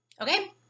Okay